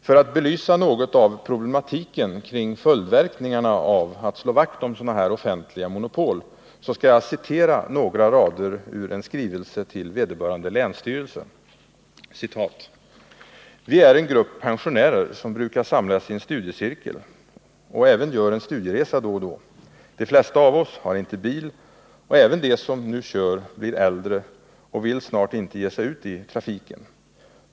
För att något belysa följdverkningarna av att på detta sätt slå vakt om offentliga monopol skall jag citera några rader ur en skrivelse till länsstyrelsen i fråga: ”Vi är en grupp pensionärer, som brukar samlas i en studiecirkel och även gör en studieresa då och då. De flesta av oss har inte bil, och även de som nu kör blir äldre och vill snart inte ge sig ut i trafiken.